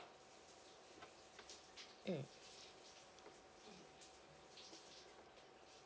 mm